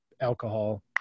alcohol